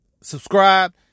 subscribe